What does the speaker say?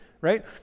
right